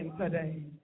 today